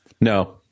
No